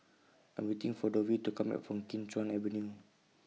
I Am waiting For Dovie to Come Back from Kim Chuan Avenue